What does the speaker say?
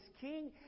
king